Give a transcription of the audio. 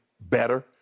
better